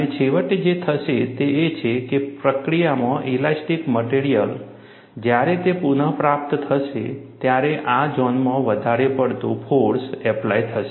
અને છેવટે જે થશે તે એ છે કે પ્રક્રિયામાં ઇલાસ્ટિક મટેરીઅલ જ્યારે તે પુનઃપ્રાપ્ત થશે ત્યારે આ ઝોનમાં વધારે પડતું ફોર્સ એપ્લાય થશે